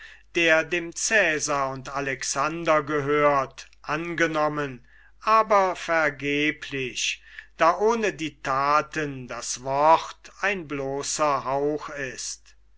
der dem cäsar und alexander gehört angenommen aber vergeblich da ohne die thaten das wort ein bloßer hauch ist